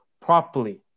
properly